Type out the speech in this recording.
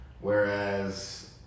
Whereas